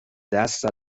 دست